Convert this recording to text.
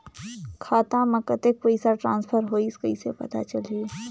खाता म कतेक पइसा ट्रांसफर होईस कइसे पता चलही?